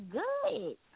good